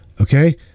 okay